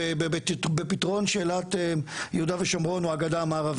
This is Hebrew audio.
בתי בפתרון שאלת יהודה ושומרון או הגדה המערבית.